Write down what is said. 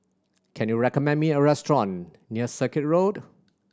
can you recommend me a restaurant near Circuit Road